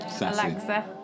Alexa